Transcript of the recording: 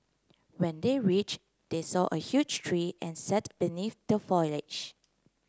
when they reach they saw a huge tree and sat beneath the foliage